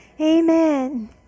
Amen